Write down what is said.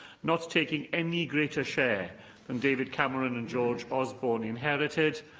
not taking any greater share than david cameron and george osborne inherited,